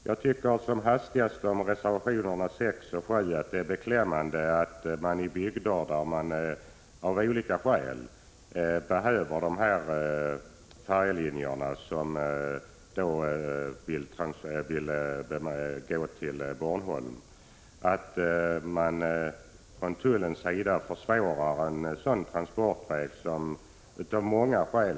Beträffande reservationerna 6 och 7 vill jag som hastigast säga att jag tycker att det är beklämmande, när det gäller bygder där man av olika skäl behöver dessa färjelinjer till Bornholm, att man från tullens sida försvårar en — Prot. 1985/86:126 sådan transportväg.